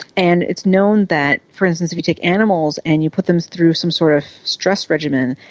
and it's known that, for instance, if you take animals and you put them through some sort of stress regimen,